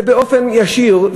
זה באופן ישיר,